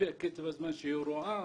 לפי קצב הזמן שהיא רואה,